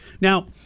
Now